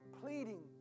pleading